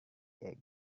egg